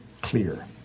clear